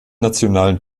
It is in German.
nationalen